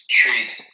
treats